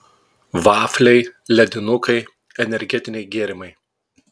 vafliai ledinukai energetiniai gėrimai